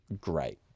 great